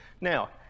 Now